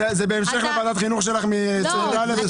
זה בהמשך לוועדת החינוך שלך מן הישיבה הקודמת?